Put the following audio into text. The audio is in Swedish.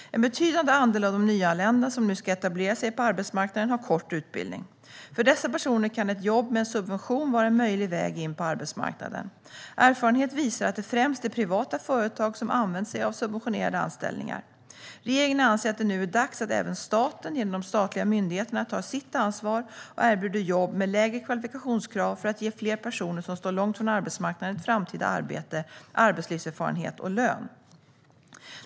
En betydande andel av de nyanlända som nu ska etablera sig på arbetsmarknaden har kort utbildning. För dessa personer kan ett jobb med en subvention vara en möjlig väg in på arbetsmarknaden. Erfarenhet visar att det främst är privata företag som använt sig av subventionerade anställningar. Regeringen anser att det nu är dags att även staten genom de statliga myndigheterna tar sitt ansvar och erbjuder jobb med lägre kvalifikationskrav för att ge fler personer som står långt ifrån arbetsmarknaden ett framtida arbete, arbetslivserfarenhet och lön.